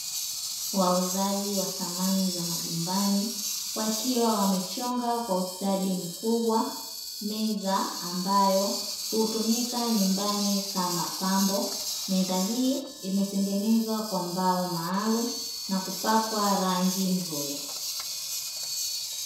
Wauzaji wa samani za majumbani wakiwa wamechonga kwa ustadi mkubwa meza ambayo hutumika nyumbani kama pambo, meza hii imetengenezwa kwa mbao maalumu na kupakwa rangi nzuri.